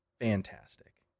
fantastic